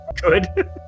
Good